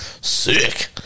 sick